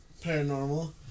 Paranormal